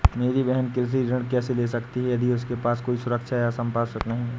मेरी बहिन कृषि ऋण कैसे ले सकती है यदि उसके पास कोई सुरक्षा या संपार्श्विक नहीं है?